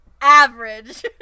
average